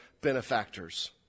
benefactors